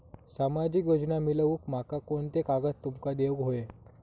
सामाजिक योजना मिलवूक माका कोनते कागद तुमका देऊक व्हये?